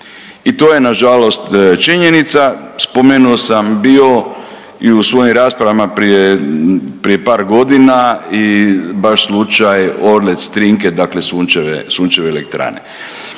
I to je na žalost činjenica. Spomenuo sam bio i u svojim raspravama prije par godina i baš slučaj Orlec Trinket dakle sunčeve elektrane,